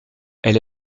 elle